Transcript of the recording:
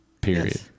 Period